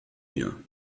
mir